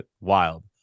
wild